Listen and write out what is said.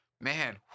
man